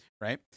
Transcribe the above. right